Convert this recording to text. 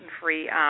free